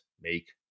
make